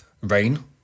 Rain